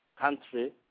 country